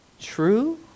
true